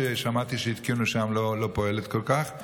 ששמעתי שהתקינו שם ולא פועלת כל כך.